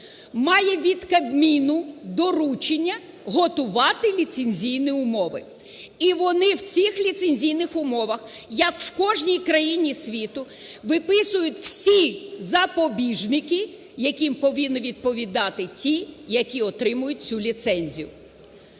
має від Кабміну доручення готувати ліцензійні умови. І вони в цих ліцензійних умовах, як в кожній країні світу, виписують всі запобіжники, яким повинні відповідати ті, які отримують цю ліцензію.